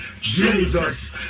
jesus